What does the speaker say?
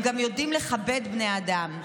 הם גם יודעים לכבד בני אדם.